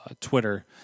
Twitter